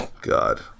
God